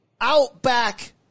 Outback